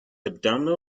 abdominal